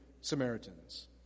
Samaritans